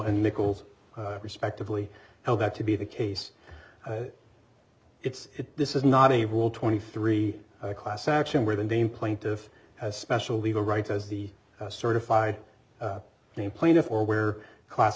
and nichols respectively how that to be the case it's this is not a rule twenty three a class action where the name plaintiff has special legal rights as the certified plaintiff or where class